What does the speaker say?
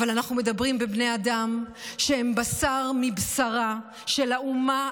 אבל אנחנו מדברים על בני אדם שהם בשר מבשרה של האומה,